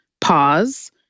pause